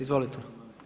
Izvolite.